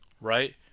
right